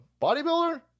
bodybuilder